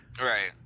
Right